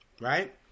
right